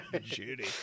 Judy